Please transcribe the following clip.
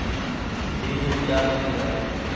बीज उपचार कि हैय?